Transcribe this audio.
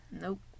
Nope